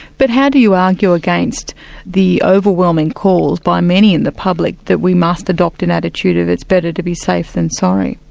but how do you argue against the overwhelming calls by many in the public that we must adopt an attitude of it's better to be safe than sorry?